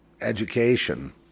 education